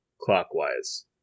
clockwise